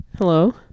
hello